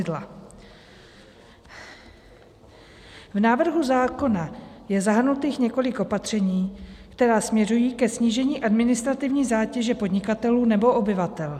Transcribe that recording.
V návrhu zákona je zahrnuto několik opatření, která směřují ke snížení administrativní zátěže podnikatelů nebo obyvatel.